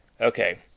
okay